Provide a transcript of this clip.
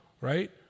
right